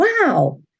wow